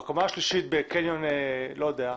בקומה השלישית בקניון מסוים,